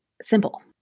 simple